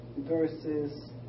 verses